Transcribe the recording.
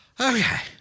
Okay